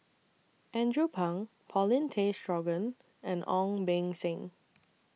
Andrew Phang Paulin Tay Straughan and Ong Beng Seng